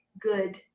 good